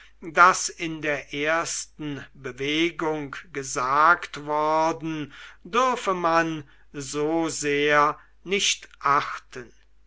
das in der ersten bewegung gesagt worden dürfe man so sehr nicht achten